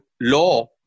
law